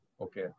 Okay